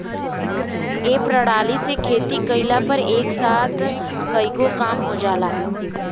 ए प्रणाली से खेती कइला पर एक साथ कईगो काम हो जाला